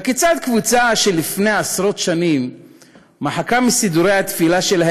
הכיצד קבוצה שלפני עשרות שנים מחקה מסידורי התפילה שלה